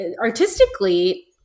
artistically